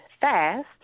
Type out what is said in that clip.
fast